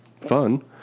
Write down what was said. Fun